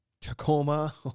Tacoma